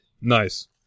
Nice